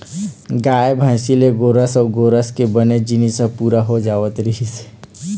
गाय, भइसी ले गोरस अउ गोरस के बने जिनिस ह पूरा हो जावत रहिस हे